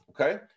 Okay